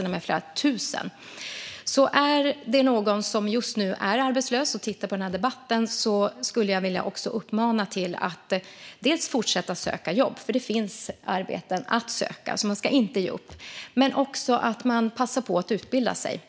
med flera tusen platser. Är det någon som just nu är arbetslös och tittar på den här debatten skulle jag alltså vilja uppmana den personen att fortsätta söka jobb, för det finns arbeten att söka. Man ska inte ge upp. Men man ska också passa på att utbilda sig.